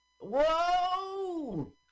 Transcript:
Whoa